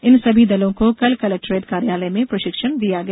इन सभी दलों को कल कलेक्टोरेट कार्यालय में प्रषिक्षण दिया गया